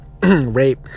Rape